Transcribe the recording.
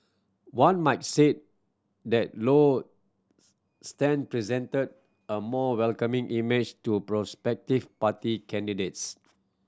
one might say that Low stance presented a more welcoming image to prospective party candidates